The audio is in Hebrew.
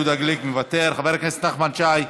יהודה גליק מוותר, חבר הכנסת נחמן שי,